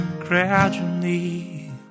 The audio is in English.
gradually